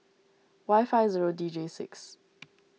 Y five zero D J six